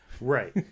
Right